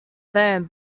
phone